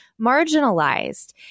marginalized